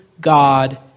God